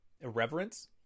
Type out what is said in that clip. irreverence